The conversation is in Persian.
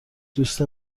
دوست